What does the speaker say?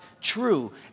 true